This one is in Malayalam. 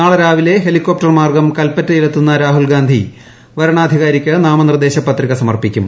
നാളെ രാവിലെ ഹെലികോപ്ടർ മാർഗ്ഗം കൽപ്പറ്റയിൽ എത്തുന്ന രാഹുൽ ഗാന്ധി വരണാധികാരിക്ക് നാമനിർദ്ദേശ പത്രിക സമർപ്പിക്കും